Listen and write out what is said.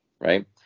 right